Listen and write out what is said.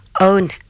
own